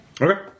Okay